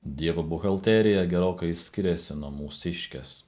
dievo buhalterija gerokai skiriasi nuo mūsiškės